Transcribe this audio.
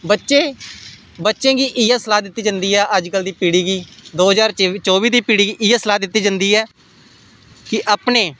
बच्चें गी इ'यै सलाह् दित्ती जंदी ऐ कि अजकलल दी पिढ़ी गी दौ ज्हार चौबी दी पिढ़ी गी इ'यै सलाह् दित्ती जंदी ऐ कि अपने